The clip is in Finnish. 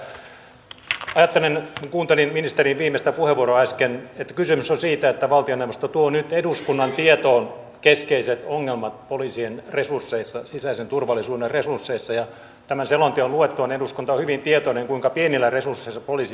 ajattelen kun kuuntelin ministerin viimeistä puheenvuoroa äsken että kysymys on siitä että valtioneuvosto tuo nyt eduskunnan tietoon keskeiset ongelmat poliisien resursseissa sisäisen turvallisuuden resursseissa ja tämän selonteon luettuaan eduskunta on hyvin tietoinen kuinka pienillä resursseilla poliisi joutuu toimimaan